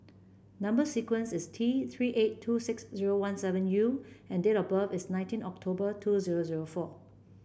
number sequence is T Three eight two six zero one seven U and date of birth is nineteen October two zero zero four